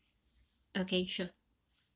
okay sure